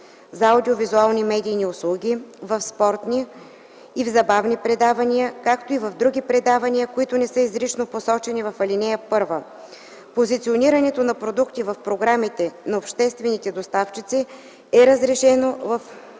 за аудиовизуални медийни услуги, в спортни и в забавни предавания, както и в други предавания, които не са изрично посочени в ал. 1. Позиционирането на продукти в програмите на обществените доставчици е разрешено в